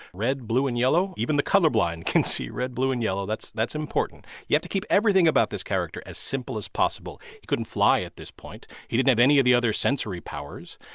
red, blue, and yellow. even the colorblind can see red, blue and yellow, that's that's important. you have to keep everything about this character as simple as possible. he couldn't fly at this point. he didn't have any of the other sensory powers.